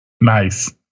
Nice